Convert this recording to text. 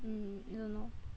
mm yeah lor